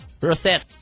Rosette